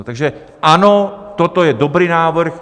Takže ano, toto je dobrý návrh.